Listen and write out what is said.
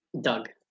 Doug